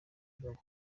gbagbo